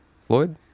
Floyd